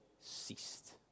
ceased